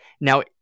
Now